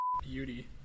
Beauty